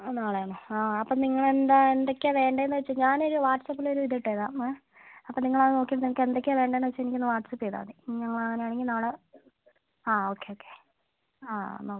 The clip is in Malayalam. ആ നാളെ ആണോ ആ അപ്പം നിങ്ങൾ എന്താണ് എന്തൊക്കെയാണ് വേണ്ടതെന്ന് വെച്ചാൽ ഞാൻ ഒരു വാട്ട്സ്ആപ്പിൽ ഒരു ഇതിട്ടേക്കാം അപ്പം നിങ്ങൾ അത് നോക്കി നിങ്ങൾക്ക് എന്തൊക്കെയാണ് വേണ്ടതെന്ന് വെച്ചാൽ എനിക്കൊന്ന് വാട്ട്സ്ആപ്പ് ചെയ്താൽ മതി മ് ഞങ്ങൾ അങ്ങനെ ആണെങ്കിൽ നാളെ ആ ഓക്കെ ഓക്കെ ആ എന്നാൽ ഓക്കെ